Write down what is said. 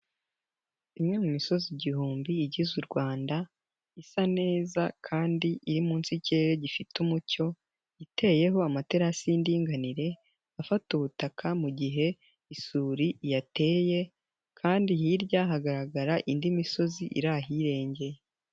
Imwe mu misozi igihumbi igize u Rwanda isa neza kandi iri munsi y'ikirere gifite umucyo iteyeho amaterasi y'indinganire afata ubutaka mu gihe isuri yateye kandi hirya hagaragara indi misozi iri ahirengeye.